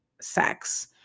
sex